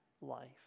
life